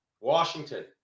Washington